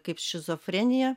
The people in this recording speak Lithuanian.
kaip šizofrenija